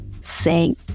sing